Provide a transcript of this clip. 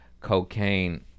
cocaine